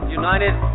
united